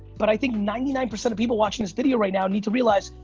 but i think ninety nine percent of people watching this video right now need to realize,